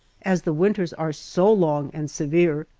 as the winters are so long and severe.